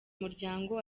muryango